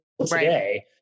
today